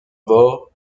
bord